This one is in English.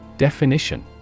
Definition